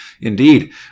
indeed